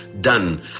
done